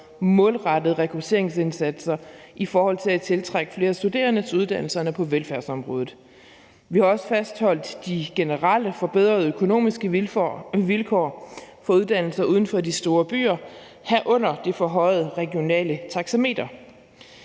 målrettede rekrutteringsindsatser i forhold til at tiltrække flere studerende til uddannelserne på velfærdsområdet. Vi har også fastholdt de generelle forbedrede økonomiske vilkår for uddannelser uden for de store byer, herunder det forhøjede regionale taxameter.